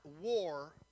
war